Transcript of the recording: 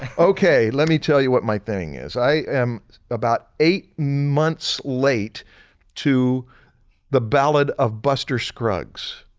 ah okay let me tell you what my thing is i am about eight months late to the ballad of buster scruggs.